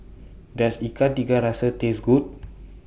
Does Ikan Tiga Rasa Taste Good